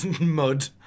mud